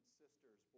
sisters